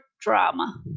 drama